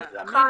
ברשותך,